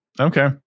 okay